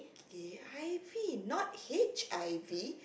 K_I_V not H_I_V